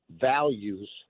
values